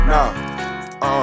Nah